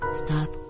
stop